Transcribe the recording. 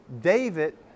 David